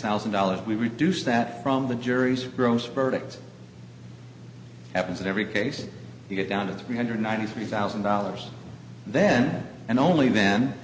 thousand dollars we reduced that from the jury's gross verdict happens in every case you get down to three hundred ninety three thousand dollars then and only then